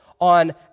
on